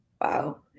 Wow